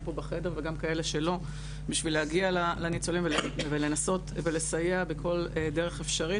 פה בחדר וגם כאלה שלא בשביל להגיע לניצולים ולסייע בכל דרך אפשרית